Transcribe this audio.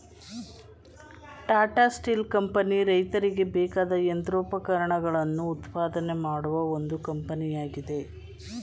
Tata Steel company ರೈತರಿಗೆ ಬೇಕಾದ ಯಂತ್ರೋಪಕರಣಗಳನ್ನು ಉತ್ಪಾದನೆ ಮಾಡುವ ಒಂದು ಕಂಪನಿಯಾಗಿದೆ